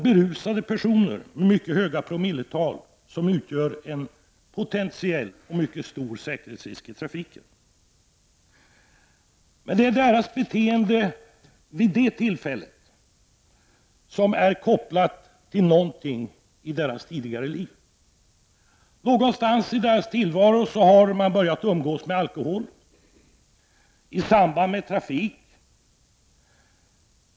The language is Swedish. Berusade personer med mycket höga promilletal utgör således en potentiell, mycket stor säkerhetsrisk i trafiken. Deras beteende vid det tillfället är kopplat till någonting i deras tidigare liv. Någon gång i sin tillvaro har de börjat umgås med alkohol i samband med trafik.